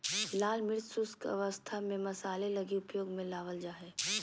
लाल मिर्च शुष्क अवस्था में मसाले लगी उपयोग में लाबल जा हइ